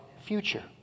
future